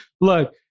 Look